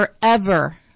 forever